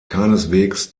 keineswegs